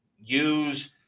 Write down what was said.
use